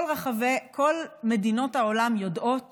כל מדינות העולם יודעות